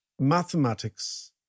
mathematics